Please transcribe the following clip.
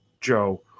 Joe